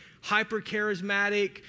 hyper-charismatic